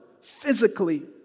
physically